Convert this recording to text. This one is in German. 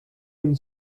ihn